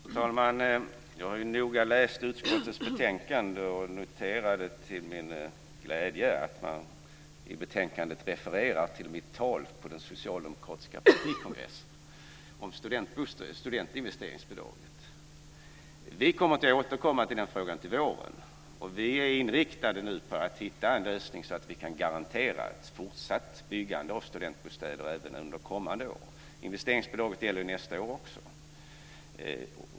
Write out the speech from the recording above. Fru talman! Jag har ju noga läst utskottets betänkande, och noterade till min glädje att man i betänkandet refererar till mitt tal på den socialdemokratiska partikongressen om studentinvesteringsbidraget. Vi kommer att återkomma till den frågan till våren, och vi är inriktade på att hitta en lösning så att vi kan garantera ett fortsatt byggande av studentbostäder även under kommande år. Investeringsbidraget gäller ju under nästa år också.